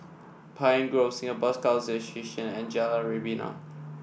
Pine Grove Singapore Scout Association and Jalan Rebana